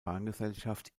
bahngesellschaft